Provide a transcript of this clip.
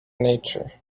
nature